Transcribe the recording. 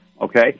okay